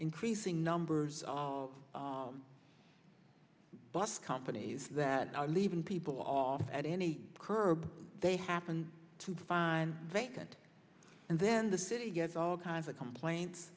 increasing numbers of bus companies that are leaving people off at any curb they happen to find vacant and then the city gets all kinds of complaints